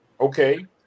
okay